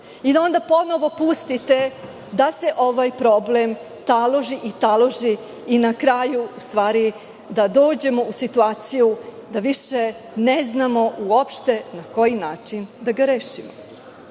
i da onda ponovo pustite da se ovaj problem taloži, taloži i na kraju, u stvari, da dođemo u situaciju da više ne znamo uopšte na koji način da ga rešimo?